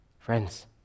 Friends